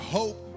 hope